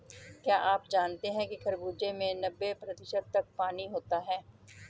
क्या आप जानते हैं कि खरबूजे में नब्बे प्रतिशत तक पानी होता है